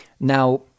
Now